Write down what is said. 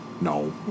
No